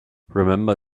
remember